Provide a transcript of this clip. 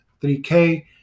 3K